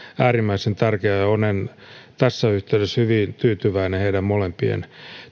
äärimmäisen tärkeänä ja olen tässä yhteydessä hyvin tyytyväinen heidän molempien